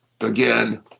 again